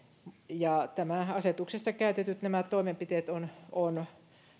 ja nämä asetuksessa käytetyt toimenpiteet ovat